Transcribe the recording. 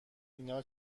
اینا